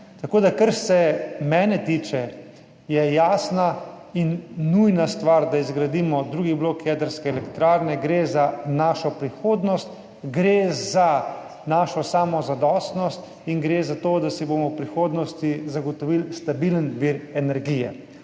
Tako da kar se mene tiče, je jasna in nujna stvar, da izgradimo drugi blok jedrske elektrarne. Gre za našo prihodnost, gre za našo samozadostnost in gre za to, da si bomo v prihodnosti zagotovili stabilen vir energije.